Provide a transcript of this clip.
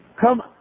Come